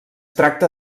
tracta